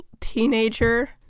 teenager